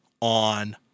on